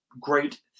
great